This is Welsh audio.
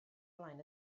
flaen